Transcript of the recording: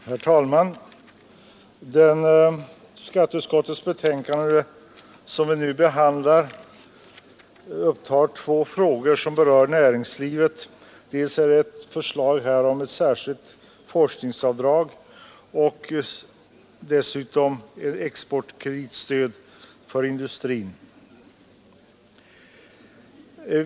Herr talman! Det betänkande från skatteutskottet som vi nu behandlar upptar två frågor som rör näringslivet. Dels föreligger ett förslag om ett särskilt forskningsavdrag, dels ett förslag om exportkreditstöd för industrin.